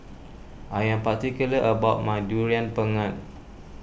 I am particular about my Durian Pengat